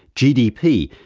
gdp,